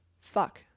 fuck